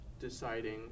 deciding